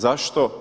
Zašto?